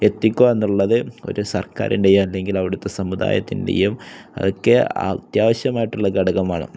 എത്തിക്കുക എന്നുള്ളത് ഒരു സർക്കാരിൻ്റെയും അല്ലെങ്കിൽ അവിടുത്തെ സമുദായത്തിൻ്റെയും അതൊക്കെ അത്യാവശ്യമായിട്ടുള്ള ഘടകമാണ്